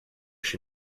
she